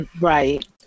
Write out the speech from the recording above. Right